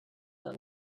that